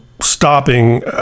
stopping